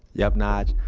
yup, nige.